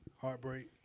heartbreak